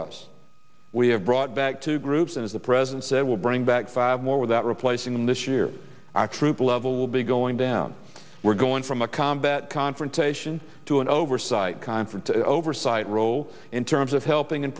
us we have brought back two groups and as the president said we'll bring back five more without replacing them this year are true to level will be going down we're going from a combat confrontation to an oversight conference oversight role in terms of helping